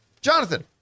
Jonathan